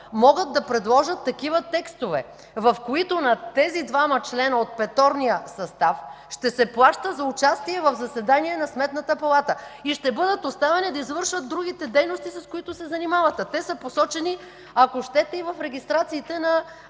могат да предложат такива текстове, в които на тези двама члена от петорния състав ще се плаща за участие в заседания на Сметната палата и ще бъдат оставени да извършват другите дейности, с които се занимават. А те са посочени, ако щете, и в регистрациите на